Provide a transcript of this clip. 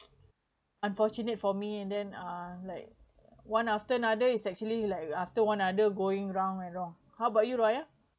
unfortunate for me and then uh like one after another it's actually like after one other going wrong and wrong how about you raya